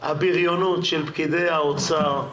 הבריונות של פקידי האוצר,